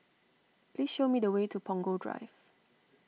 please show me the way to Punggol Drive